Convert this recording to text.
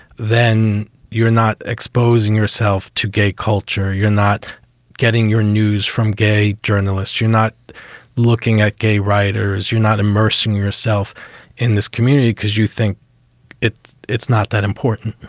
then you're not exposing yourself to gay culture. you're not getting your news from gay journalists. you're not looking at gay writers. you're not immersing yourself in this community because you think it's it's not that important.